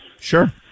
Sure